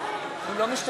נוכחת